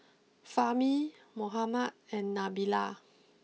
Fahmi Muhammad and Nabila